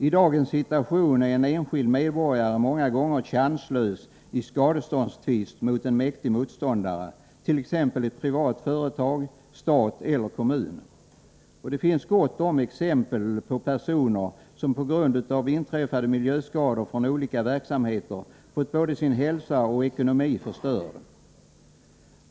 I dagens situation är en enskild medborgare många gånger chanslös i skadeståndstvist mot en mäktig motståndare, t.ex. ett privat företag, stat eller kommun. Det finns gott om exempel på personer som på grund av inträffade miljöskador från olika verksamheter fått både sin hälsa och ekonomi förstörda.